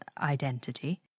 identity